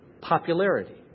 Popularity